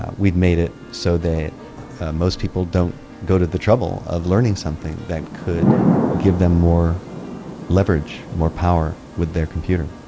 ah we've made it so that most people don't go to the trouble of learning something that could give them more leverage, more power, with their computer,